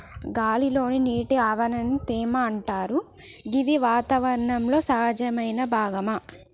గాలి లోని నీటి ఆవిరిని తేమ అంటరు గిది వాతావరణంలో సహజమైన భాగం